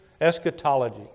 eschatology